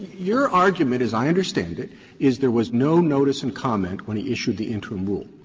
your argument as i understand it is there was no notice and comment when he issued the interim rule.